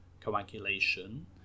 coagulation